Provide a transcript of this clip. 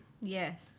Yes